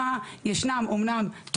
אמנם יש